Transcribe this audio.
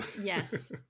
Yes